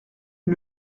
une